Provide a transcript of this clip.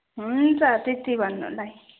हुन्छ त्यति भन्नलाई